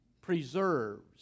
preserves